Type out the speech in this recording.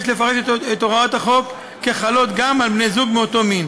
יש לפרש את הוראות החוק כחלות גם על בני-זוג מאותו המין.